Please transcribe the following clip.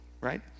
right